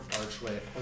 archway